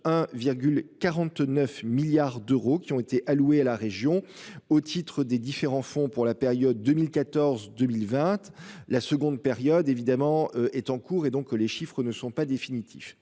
1,49 milliards d'euros qui ont été alloués à la région, au titre des différents fonds pour la période 2014 2020. La seconde période évidemment est en cours et donc que les chiffres ne sont pas définitifs.